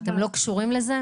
שאתם לא קשורים לזה?